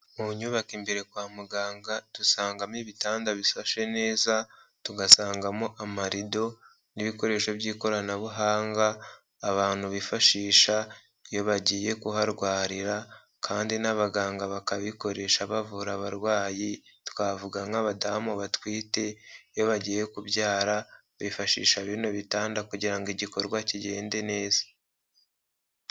Mu nyubako imbere kwa muganga, dusangamo ibitanda bisashe neza, tugasangamo amarido n'ibikoresho by'ikoranabuhanga, abantu bifashisha iyo bagiye kuharwarira kandi n'abaganga bakabikoresha bavura abarwayi, twavuga nk'abadamu batwite, iyo bagiye kubyara, bifashisha bino bitanda kugira ngo igikorwa kigende neza.